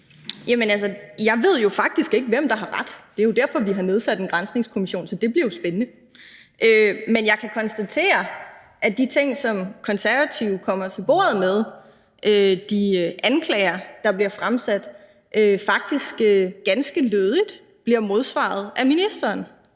jeg ved jo faktisk ikke, hvem der har ret. Det er jo derfor, vi har nedsat en granskningskommission, så det bliver spændende at se. Men jeg kan konstatere, at de ting, som Konservative kommer til bordet med – de anklager, som bliver fremsat – faktisk ganske lødigt bliver modsagt af ministeren.